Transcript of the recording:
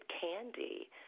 candy